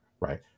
Right